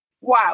wow